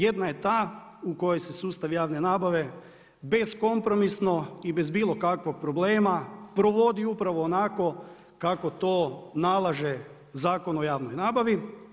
Jedna je ta u kojoj se sustav javne nabave bez kompromisno i bez bilo kakvog problema, provodi upravo onako kako to nalaže Zakon o javnoj nabavi.